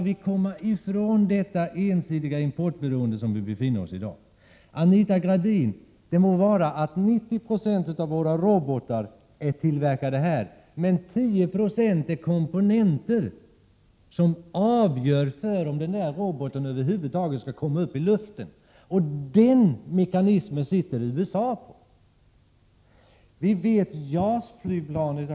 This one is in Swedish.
Det må så vara, Anita Gradin, att 90 26 av delarna till våra robotar är tillverkade här, men 10 20 utgörs av komponenter, vilka är avgörande för om roboten över huvud taget skall komma upp i luften. Den mekanismen sitter USA på. Detsamma gäller för JAS-flyplanen.